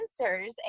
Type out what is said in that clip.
answers